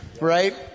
right